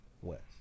West